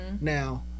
Now